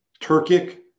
Turkic